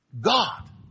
God